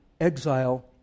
exile